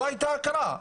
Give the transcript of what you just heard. לא הייתה הכרה.